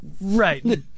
right